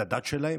לדת שלהם,